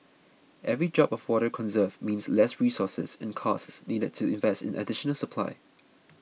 every drop of water conserved means less resources and costs needed to invest in additional supply